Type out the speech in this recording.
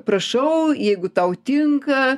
prašau jeigu tau tinka